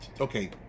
okay